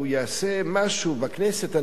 הוא יעשה משהו בכנסת.